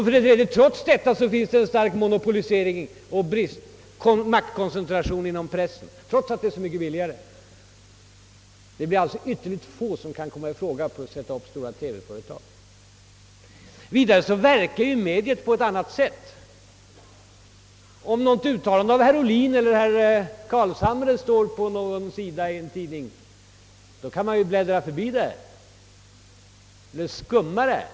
För det tredje förekommer inom pressen, trots att det är så mycket billigare att arbeta med den, en stark monopolisering och maktkoncentration. Det blir alltså ytterligt få som av ekonomiska skäl kan komma i fråga för att etablera stora TV-företag. Vidare verkar etermediet på ett helt annat sätt än tidningspressen. Om något uttalande av herr Ohlin eller av herr Carlshamre återges i en tidning, kan man bläddra förbi det eller skumma igenom det.